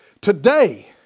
Today